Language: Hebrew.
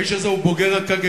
האיש הזה הוא בוגר הקג"ב,